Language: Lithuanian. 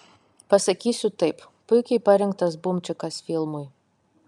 pasakysiu taip puikiai parinktas bumčikas filmui